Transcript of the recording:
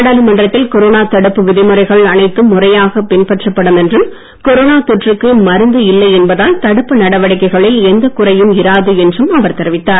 நாடாளுமன்றத்தில் கொரோனா தடுப்பு விதிமுறைகள் அனைத்தும் முறையாக பின்பற்றப்படும் என்றும் கொரோனா தொற்றுக்கு மருந்து இல்லை என்பதால் தடுப்பு நடவடிக்கைகளில் எந்தக் குறையும் இராது என்றும் அவர் தெரிவித்தார்